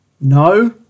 No